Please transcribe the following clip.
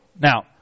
Now